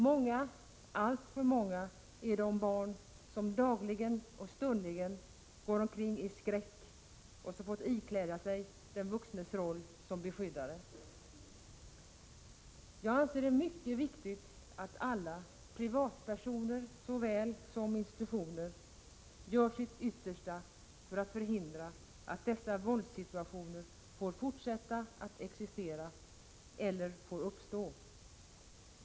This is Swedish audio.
Många, alltför många, är de barn som dagligen och stundligen går omkring i skräck och som fått ikläda sig den vuxnes roll som beskyddare. Jag anser det mycket viktigt att alla — privatpersoner såväl som institutioner — gör sitt yttersta för att förhindra att dessa våldssituationer får fortsätta att existera eller får uppstå.